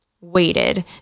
waited